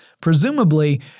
Presumably